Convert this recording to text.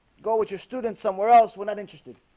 go with your students somewhere else. we're not interested